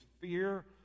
fear